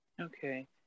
Okay